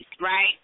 right